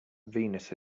venus